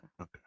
Okay